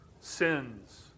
sins